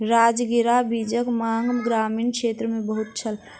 राजगिरा बीजक मांग ग्रामीण क्षेत्र मे बहुत छल